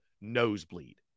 nosebleed